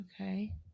Okay